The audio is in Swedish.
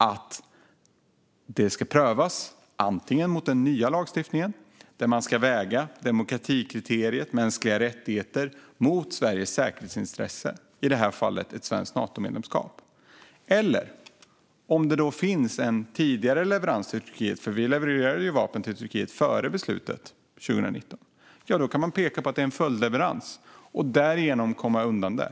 Det gör att det antingen ska prövas mot den nya lagstiftningen, där man ska väga demokratikriteriet och mänskliga rättigheter mot Sveriges säkerhetsintresse som i det här fallet handlar om ett svenskt Natomedlemskap eller så finns annan lagstiftning, om det finns en tidigare leverans till Turkiet. Vi levererade vapen till Turkiet före beslutet 2019. Då kan man peka på att det är en följdleverans och därigenom komma undan det.